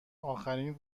آخرین